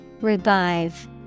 Revive